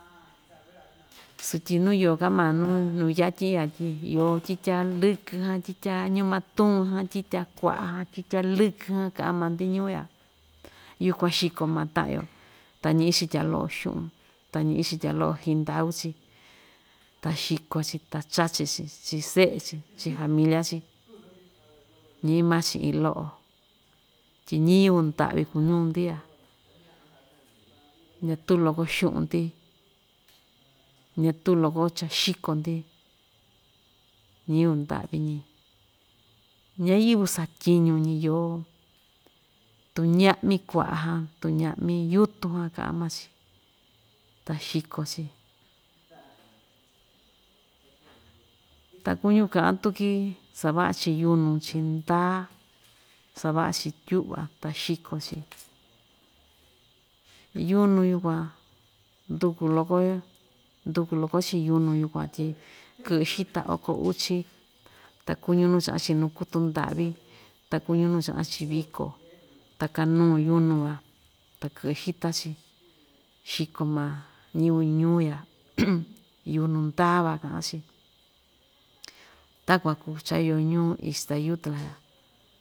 sutyi nuu iyo ka maa nuu yatyin iya tyi, iyo tyitya lɨkɨnha tyitya ñuuma tuunhan tyitya kuaꞌahan, tyitya lɨkɨnha kaꞌan maa‑ndi ñuu ya, yukuan xiko maan taꞌan‑yo ta ñiꞌi‑chi tya loꞌo xuꞌun, ta ñiꞌi‑chi tya loꞌo nhitau‑chi ta xiko‑chi ta chachi‑chi, chiꞌin seꞌe‑chi, chiꞌin familia‑chi, ñiꞌin maa‑chi iin loꞌo, tyi ñiyɨvɨ ndaꞌvi kuu ñuu‑ndi ya, ñatuu loko xuꞌun‑di, ñatuu loko cha xiko‑ndi, ñiyɨvɨ ndaꞌvi‑ñi, ñayɨvɨ satyiñu ñiiyoo tuñaꞌami kuaꞌahan tuñaꞌami yutunhan kaꞌan maa‑chi ta xiko‑chi ta kuñu kaꞌa tuki savaꞌa‑chi yunu‑chi, ndaa savaꞌa‑chi tyuꞌva ta xiko‑chi yuñu yukuan ndukun lokoi nduku loko‑chi yunu‑yukuan tyi kɨꞌɨ xita oko uchi takuñu nuu chaꞌa‑chi nuu kutundaꞌvi takuñu nuu chaꞌa‑chi viko, ta kanuu yunu van ta kɨꞌɨ xita‑chi xiko maa ñiyɨvɨ nuu ya yunu ndava kaꞌa‑chi takuan kuu chaa iyo ñuu ixtayutla ya.